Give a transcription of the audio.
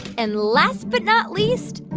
and last but not least,